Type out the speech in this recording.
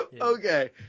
Okay